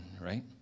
right